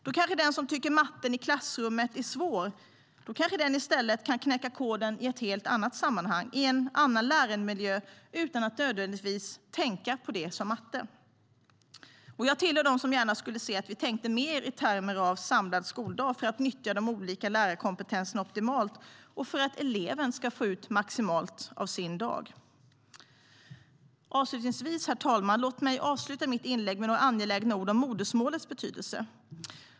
Då kanske den som tycker att matten i klassrummet är svår kan knäcka koden i ett helt annat sammanhang, i en annan lärandemiljö utan att nödvändigtvis tänka på det som matte. Herr talman! Låt mig avsluta mitt inlägg med några angelägna ord om modersmålets betydelse.